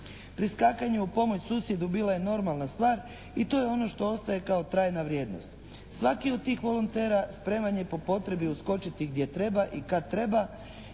Priskakanje u pomoć susjedu bila je normalna stvar i to je ono što ostaje kao trajna vrijednost. Svaki od tih volontera spreman je po potrebi uskočiti gdje treba i kad treba